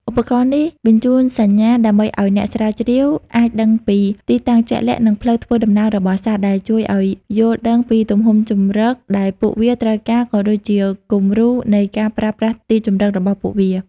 ឧបករណ៍នេះបញ្ជូនសញ្ញាដើម្បីឲ្យអ្នកស្រាវជ្រាវអាចដឹងពី ទីតាំងជាក់លាក់ និងផ្លូវធ្វើដំណើរ របស់សត្វ ដែលជួយឲ្យយល់ដឹងពីទំហំជម្រកដែលពួកវាត្រូវការ ក៏ដូចជាគំរូនៃការប្រើប្រាស់ទីជម្រករបស់ពួកវា។